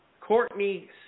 Courtney